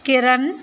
किरण